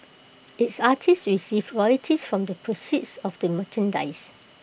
its artists receive royalties from the proceeds of the merchandise